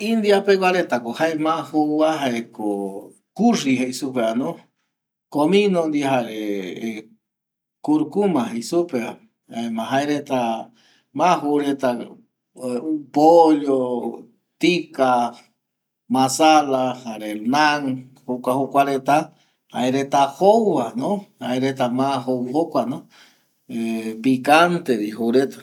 India peguareta ma joureta va jaeko curry jeisupe reta va, comino ndie jare curcuma jei supe reta va jaema ma joureta pollo jae ma jou reta va jare picante jouretavi.